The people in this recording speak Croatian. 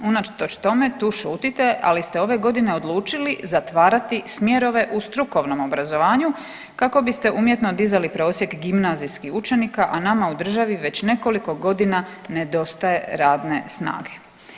Unatoč tome tu šutite ali ste ove godine odlučili zatvarati smjerove u strukovnom obrazovanju kako biste umjetno dizali prosjek gimnazijskih učenika, a nama u državi već nekoliko godina nedostaje radne snage.